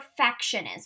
perfectionism